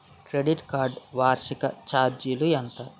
Credit card వార్షిక ఛార్జీలు ఎంత?